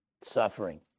Suffering